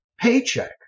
paycheck